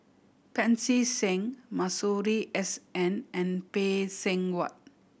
Pancy Seng Masuri S N and Phay Seng Whatt